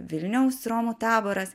vilniaus romų taboras